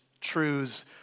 truths